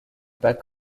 back